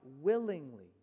willingly